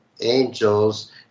angels